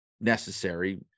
necessary